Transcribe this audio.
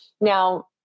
Now